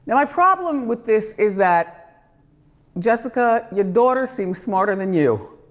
and my problem with this is that jessica, your daughter seems smarter than you